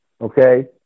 okay